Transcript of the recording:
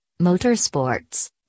motorsports